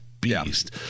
beast